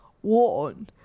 one